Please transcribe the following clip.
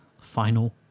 final